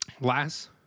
Last